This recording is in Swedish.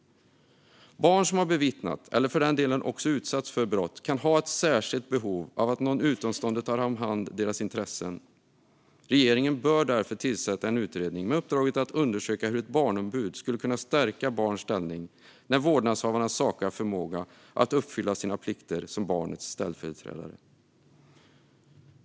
Barn som har bevittnat, eller för den delen utsatts för, brott kan ha ett särskilt behov av att deras intressen tas om hand av någon utomstående. Regeringen bör därför tillsätta en utredning med uppdraget att undersöka hur ett barnombud skulle kunna stärka barns ställning när vårdnadshavarna saknar förmåga att uppfylla sina plikter som barnets ställföreträdare.